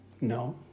No